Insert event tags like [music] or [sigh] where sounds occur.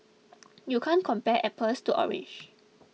[noise] you can't compare apples to oranges